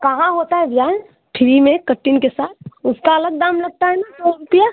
कहाँ होता है भैया फ्री में कटिंग के साथ उसका अलग दाम लगता है ना सौ रुपया